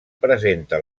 presenta